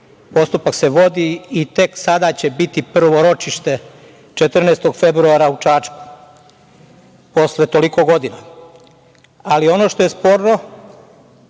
Postupak se vodi i tek sada će biti prvo ročište, 14. februara u Čačku, posle toliko godina. Ali, ono što je sporno,